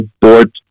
board